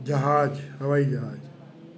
जहाज हवाई जहाज